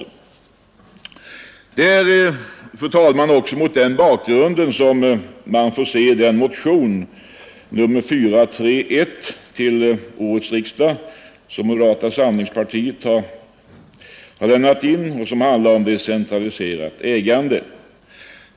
Det är, fru talman, mot denna bakgrund man måste se moderata samlingspartiets motion nr 431 till årets riksdag om decentraliserat ägande.